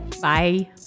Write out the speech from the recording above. Bye